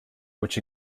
which